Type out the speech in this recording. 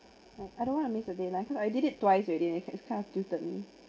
I I don't want to miss a deadline cause I did it twice already and it it's kind of tutored me